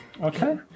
Okay